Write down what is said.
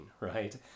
right